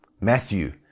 Matthew